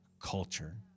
culture